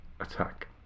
attack